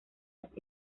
los